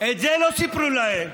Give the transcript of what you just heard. את זה לא סיפרו להם.